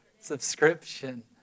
Subscription